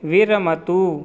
विरमतु